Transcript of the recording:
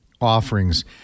offerings